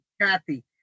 Kathy